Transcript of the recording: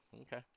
Okay